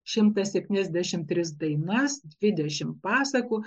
šimtą septyniasdešimt tris dainas dvidešimt pasakų